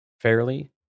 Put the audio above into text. fairly